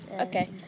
Okay